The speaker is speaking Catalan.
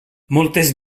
moltes